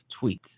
tweets